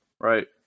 Right